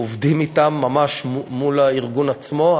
אנחנו עובדים אתם, ממש מול הארגון עצמו.